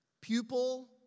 pupil